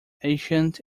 ancient